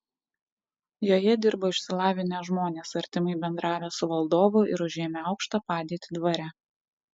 joje dirbo išsilavinę žmonės artimai bendravę su valdovu ir užėmę aukštą padėtį dvare